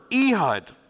Ehud